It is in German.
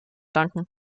danken